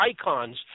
icons